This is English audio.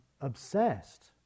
obsessed